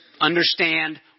understand